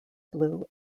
blue